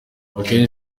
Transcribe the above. akenshi